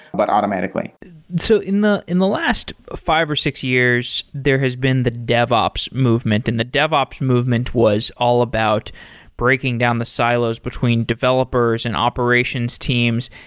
but automatically so in the in the last five or six years there has been the devops movement, and the devops movement was all about breaking down the silos between developers developers and operations teams.